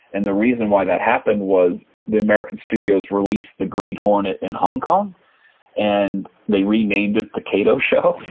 and the reason why that happened was the american studios released the green hornet in hong kong and they renamed it the kato show.